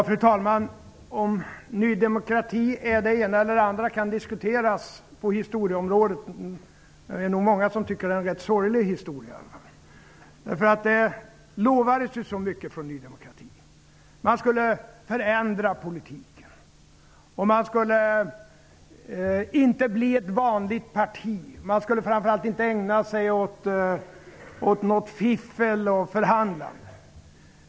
Fru talman! Om Ny demokrati är det ena eller det andra på historieområdet kan diskuteras. Det är nog många som tycker att det är en rätt sorglig historia. Det lovades så mycket från Ny demokrati. Man skulle förändra politiken. Man skulle inte bli ett vanligt parti. Man skulle framför allt inte ägna sig åt något fiffel och förhandlande.